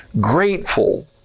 grateful